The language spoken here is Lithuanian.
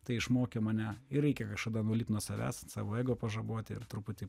tai išmokė mane ir reikia kažkada nulipt nuo savęs savo ego pažaboti ir truputį